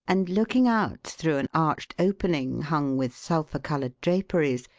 and looking out through an arched opening, hung with sulphur-coloured draperies,